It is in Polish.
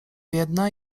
biedna